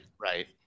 Right